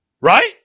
Right